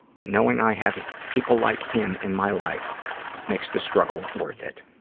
but knowing i have people like him in my life makes the struggle worth it.